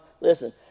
listen